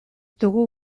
dugu